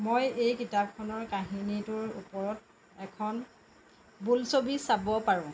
মই এই কিতাপখনৰ কাহিনীটোৰ ওপৰত এখন বোলছবি চাব পাৰোঁ